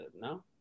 no